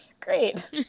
great